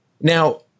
Now